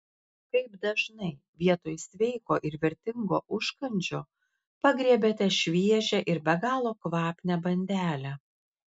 kaip dažnai vietoj sveiko ir vertingo užkandžio pagriebiate šviežią ir be galo kvapnią bandelę